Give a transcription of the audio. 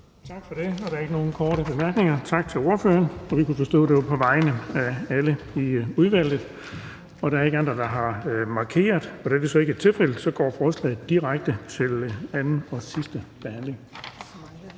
Tak for det. Der er ikke nogen korte bemærkninger. Tak til ordføreren. Jeg kan forstå, at det var på vegne af alle i udvalget. Der er ikke andre, der har markeret for at få ordet, så forhandlingen er sluttet. Og derfor går forslaget direkte til anden og sidste behandling.